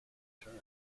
term